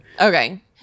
Okay